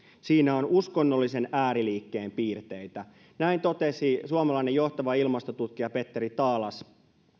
siinä on uskonnollisen ääriliikkeen piirteitä näin totesi suomalainen johtava ilmastotutkija petteri taalas